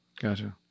Gotcha